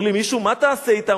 אומר לי מישהו: מה תעשה אתם?